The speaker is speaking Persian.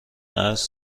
عصر